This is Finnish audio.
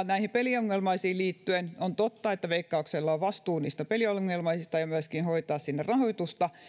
näihin peliongelmaisiin liittyen on totta että veikkauksella on vastuu niistä peliongelmaisista ja myöskin rahoituksen hoitamisesta sinne